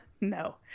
No